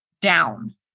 down